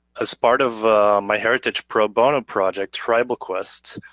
as part of myheritage pro bono project, tribalquest,